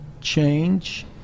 change